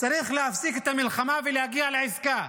שצריך להפסיק את המלחמה ולהגיע לעסקה.